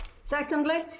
Secondly